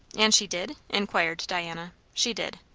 and she did? inquired diana. she did.